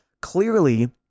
clearly